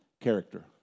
character